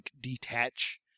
detach